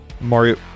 mario